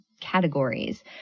categories